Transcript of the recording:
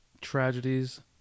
Tragedies